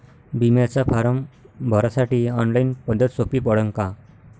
बिम्याचा फारम भरासाठी ऑनलाईन पद्धत सोपी पडन का?